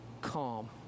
calm